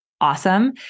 awesome